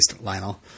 Lionel